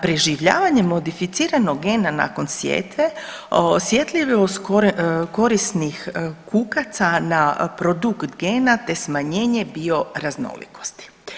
Preživljavanje modificiranog gena nakon sjetve osjetljivo korisnih kukaca na produkt gena, te smanjenje bioraznolikosti.